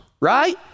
right